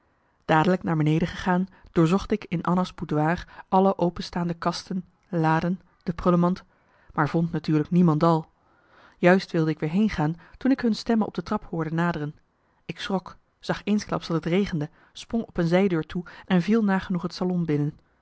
dadelijk naar beneden gegaan doorzocht ik in anna's boudoir alle openstaande kasten laden de prullenmand maar vond natuurlijk niemendal juist wilde ik weer heengaan toen ik hun stemmen op de trap hoorde naderen ik schrok zag eensklaps dat het regende sprong op een zijdeur toe en viel nagenoeg het salon binnen